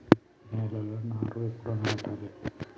నేలలా నారు ఎప్పుడు నాటాలె?